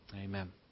amen